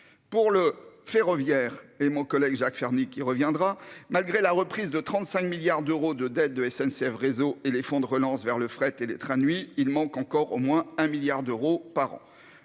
Pour le ferroviaire- mon collègue Jacques Fernique y reviendra -, malgré la reprise de 35 milliards d'euros de dette de SNCF Réseau et les fonds de relance vers le fret et les trains de nuit, il manque encore au moins 1 milliard d'euros par an.